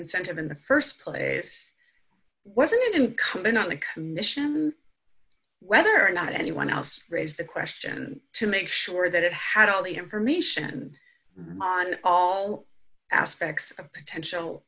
incentive in the st place wasn't it incumbent on the commission whether or not anyone else raised the question to make sure that it had all the information on all aspects of potential